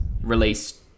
released